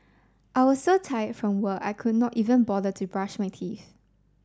I was so tired from work I could not even bother to brush my teeth